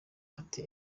nti